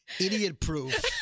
idiot-proof